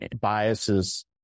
biases